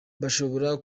bashobora